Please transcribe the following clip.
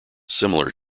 similar